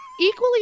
equally